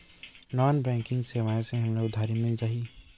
Non banking सेवाएं से हमला उधारी मिल जाहि?